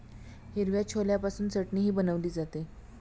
हिरव्या छोल्यापासून चटणीही बनवली जाते